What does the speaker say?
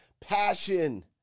passion